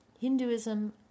Hinduism